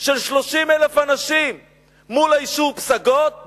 של 30,000 מול היישוב פסגות,